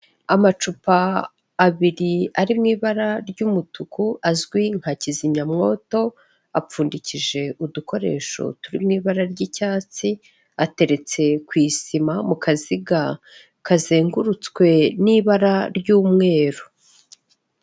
Amacupa abiri ari mu ibara ry'umutuku azwi nka kizimyamwoto apfundikije udukoresho turimw, ibara ry'icyatsi ateretse ku isima mu kaziga kazengurutswe n'ibara ry'umweru.